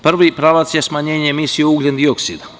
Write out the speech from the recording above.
Prvi pravac je smanjenje emisije ugljendioksida.